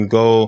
go